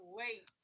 wait